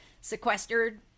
sequestered